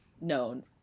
known